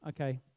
okay